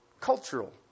Cultural